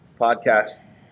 Podcasts